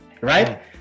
right